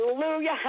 Hallelujah